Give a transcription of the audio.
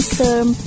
term